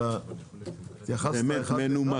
אלא התייחסת אחד לאחד,